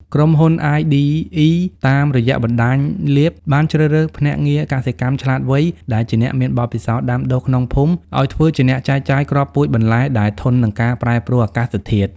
ក្រុមហ៊ុន អាយឌីអ៊ី (iDE) តាមរយៈបណ្ដាញ Leap បានជ្រើសរើស "ភ្នាក់ងារកសិកម្មឆ្លាតវៃ" ដែលជាអ្នកមានបទពិសោធន៍ដាំដុះក្នុងភូមិ ឱ្យធ្វើជាអ្នកចែកចាយគ្រាប់ពូជបន្លែដែលធន់នឹងការប្រែប្រួលអាកាសធាតុ។